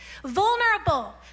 Vulnerable